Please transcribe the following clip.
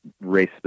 race